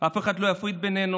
אף אחד לא יפריד בינינו,